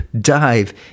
dive